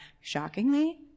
shockingly